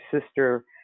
sister